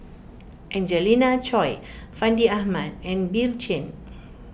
Angelina Choy Fandi Ahmad and Bill Chen